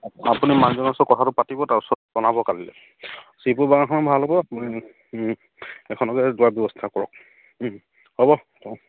আপুনি মানুহজনৰ ওচৰত কথাটো পাতিব তাৰপিছত জনাব কালিলে ভাল হ'ব